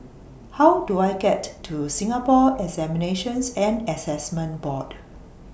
How Do I get to Singapore Examinations and Assessment Board